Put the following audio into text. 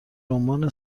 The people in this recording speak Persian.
رمان